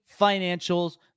financials